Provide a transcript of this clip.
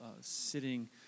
sitting